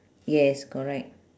yes correct